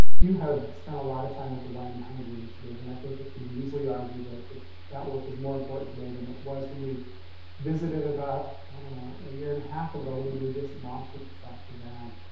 you have spent a lot of time with the wyoming hunger initiative, and i think it can be easily argued that that work is more important today than it was when we visited about, i don't know, a year and a half ago when you were just launching this off the ground,